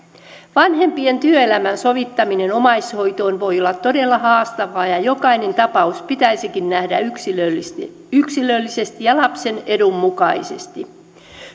vanhempien työelämän sovittaminen omaishoitoon voi olla todella haastavaa ja jokainen tapaus pitäisikin nähdä yksilöllisesti yksilöllisesti ja lapsen edun mukaisesti